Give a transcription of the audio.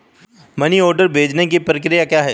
Money order भेजने की प्रक्रिया क्या है?